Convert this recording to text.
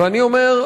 ואני אומר,